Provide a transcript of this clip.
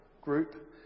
group